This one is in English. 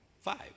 Five